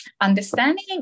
understanding